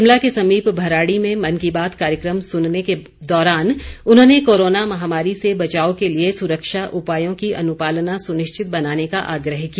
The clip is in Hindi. शिमला के समीप भराड़ी में मन की बात कार्यक्रम सुनने के दौरान उन्होंने कोरोना महामारी से बचाव के लिए सुरक्षा उपायों की अनुपालना सुनिश्चित बनाने का आग्रह किया